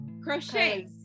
Crochet